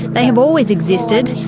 they have always existed,